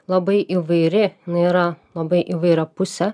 labai įvairi jin yra labai įvairiapusė